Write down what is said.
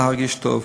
להרגיש טוב.